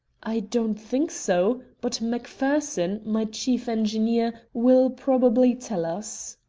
i don't think so, but macpherson, my chief engineer, will probably tell us.